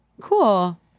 Cool